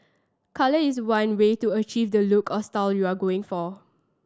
colour is one way to achieve the look or style you're going for